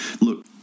look